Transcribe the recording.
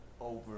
over